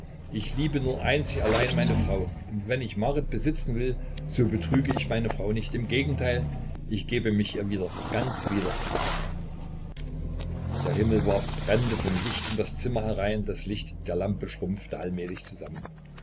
ich liebe nur einzig allein meine frau und wenn ich marit besitzen will so betrüge ich meine frau nicht im gegenteil ich gebe mich ihr wieder ganz wieder der himmel warf brände von licht in das zimmer herein das licht der lampe schrumpfte allmählich zusammen